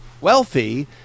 wealthy